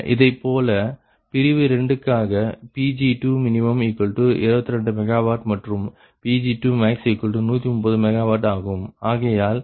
இதேப்போல பிரிவு 2 க்காக Pg2min22 MW மற்றும் Pg2max130 MW ஆகும் ஆகையால் 2dC2dPg20